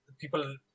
people